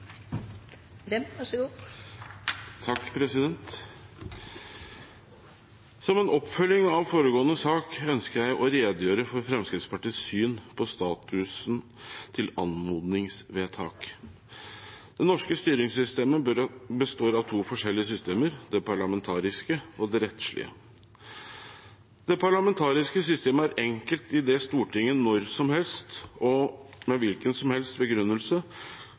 Som en oppfølging av foregående sak ønsker jeg å redegjøre for Fremskrittspartiets syn på statusen til anmodningsvedtak. Det norske styringssystemet består av to forskjellige systemer: det parlamentariske og det rettslige. Det parlamentariske systemet er enkelt idet Stortinget når som helst og med hvilken som helst begrunnelse